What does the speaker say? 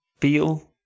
Feel